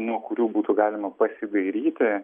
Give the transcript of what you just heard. nuo kurių būtų galima pasidairyti